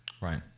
right